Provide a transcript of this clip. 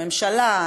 הממשלה,